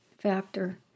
factor